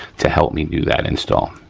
to help me do that install.